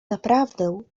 naprawdę